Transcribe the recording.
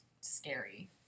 scary